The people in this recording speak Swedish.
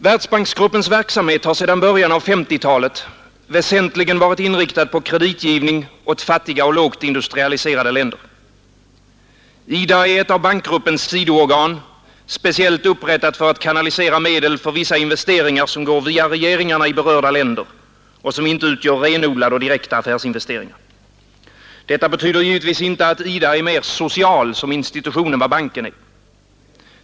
Världsbanksgruppens verksamhet har sedan början av 1950-talet väsentligen varit inriktad på kreditgivning åt fattiga och lågt industrialiserade länder. IDA är ett av bankgruppens sidoorgan, speciellt upprättat för att kanalisera medel för vissa investeringar, som går via regeringarna i berörda länder och som inte utgör renodlade och direkta affärsinvesteringar. Detta betyder givetvis inte att IDA är mer ”social” som institution än banken är.